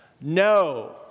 no